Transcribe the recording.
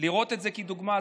לראות את זה כדוגמה.